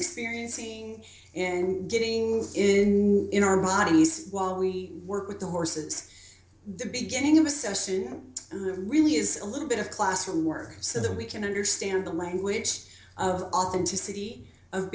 experiencing and getting in in our bodies while we work with the horses the beginning of a session really is a little bit of classroom work so that we can understand the language of authenticity of